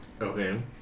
Okay